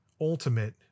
ultimate